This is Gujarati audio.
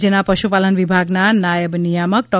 રાજયના પશુપાલન વિભાગના નાયબ નિયામક ડૉ